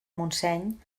montseny